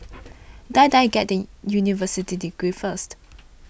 Die Die get that university degree first